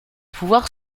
pouvoirs